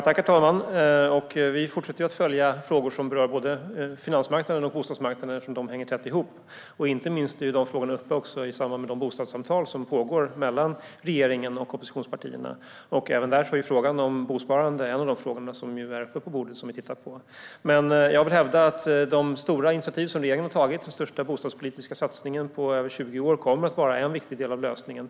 Herr talman! Vi fortsätter att följa frågor som berör både finansmarknaden och bostadsmarknaden, eftersom de hänger tätt ihop. Inte minst tas dessa frågor upp i samband med de bostadssamtal som pågår mellan regeringen och oppositionspartierna. Även där är frågan om bosparande en av de frågor som är uppe på bordet och som vi tittar på. Jag vill hävda att de stora initiativ som regeringen har tagit - den största bostadspolitiska satsningen på över 20 år - kommer att vara en viktig del av lösningen.